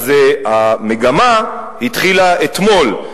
אז המגמה התחילה אתמול.